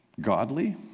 godly